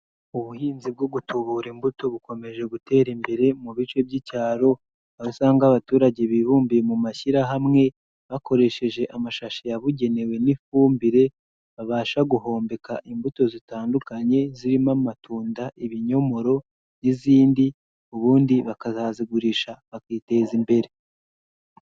Ubuhinzi bwo gutubura imbuto bukomeje gutera imbere mu bice by'icyaro, aho usanga abaturage bibumbiye mu mashyirahamwe bakoresheje amashashi yabugenewe n'ifumbire babasha guhombeka imbuto zitandukanye, zirimo amatunda, ibinyomoro, n'izindi ubundi bakazazigurisha bakiteza imbere.